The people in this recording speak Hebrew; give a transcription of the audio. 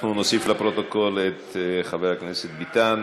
אנחנו נוסיף לפרוטוקול את חבר הכנסת ביטן,